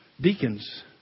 deacons